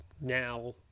now